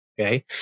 Okay